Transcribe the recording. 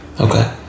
okay